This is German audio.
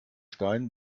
stein